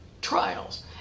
trials